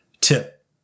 tip